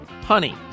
Honey